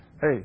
Hey